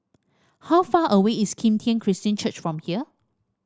how far away is Kim Tian Christian Church from here